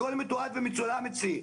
הכול מתועד ומצולם אצלי.